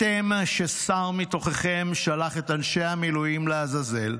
אתם, ששר מתוככם שלח את אנשי המילואים לעזאזל,